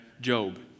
Job